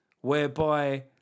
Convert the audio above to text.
whereby